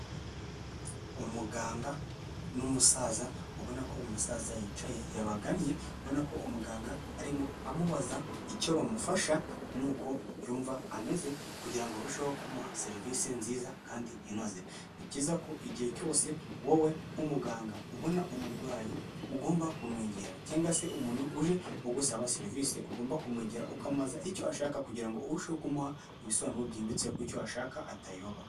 Umuganga n'umusaza ubona ko umusaza yicaye yabagannye, ubona ko umuganga arimo amubaza icyo bamufasha n'uko yumva ameze, kugira ngo barusheho kumuha serivisi nziza kandi inoze, ni byiza ko igihe cyose wowe nk'umuganga ubona umurwayi ugomba kumwegera, cyangwa se umuntu uje ugusaba serivisi, ugomba kumwegera ukamubaza icyo ashaka kugira ngo urusheho kumuha ibisobanuro byimbitse ku cyo ashaka atayoba.